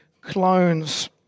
clones